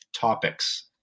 topics